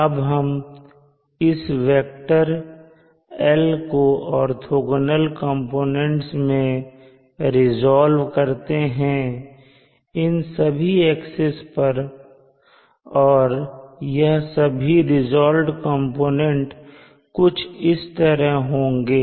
अब हम इस वेक्टर "L" को ऑर्थोंगोनल कंपोनेंट्स में रीज़ाल्व्ड करते हैं इन सभी एक्सिस पर और यह सभी रीज़ाल्व्ड कंपोनेंट कुछ इस तरह होंगे